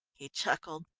he chuckled.